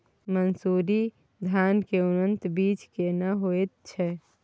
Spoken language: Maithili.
मन्सूरी धान के उन्नत बीज केना होयत छै?